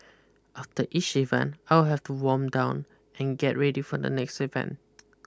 after each event I would have to warm down and get ready for the next event